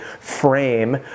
frame